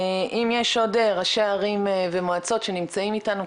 אם יש עוד ראשי ערים ומועצות שנמצאים איתנו,